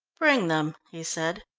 bring them, he said.